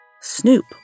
Snoop